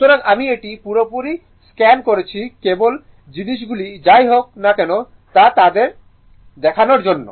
সুতরাং আমি এটি পুরোপুরি স্ক্যান করেছি কেবল জিনিসগুলি যাই হোক না কেন তা দেখার জন্য